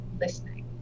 listening